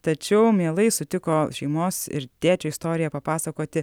tačiau mielai sutiko šeimos ir tėčio istoriją papasakoti